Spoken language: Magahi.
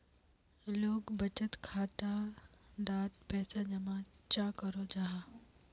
लोग बचत खाता डात पैसा जमा चाँ करो जाहा?